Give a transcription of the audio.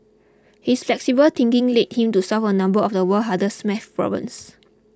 his flexible thinking led him to solve a number of the world's hardest math problems